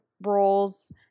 roles